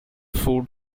food